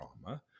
trauma